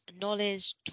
knowledge